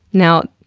now,